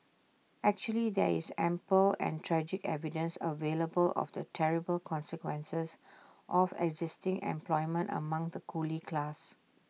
actually there is ample and tragic evidence available of the terrible consequences of existing unemployment among the coolie class